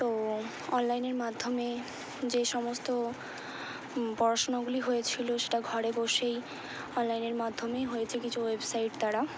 তো অনলাইনের মাধ্যমে যে সমস্ত পড়াশোনাগুলি হয়েছিলো সেটা ঘরে বসেই অনলাইনের মাধ্যমেই হয়েছে কিছু ওয়েবসাইট দ্বারা